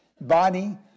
body